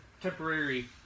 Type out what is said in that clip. temporary